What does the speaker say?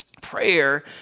Prayer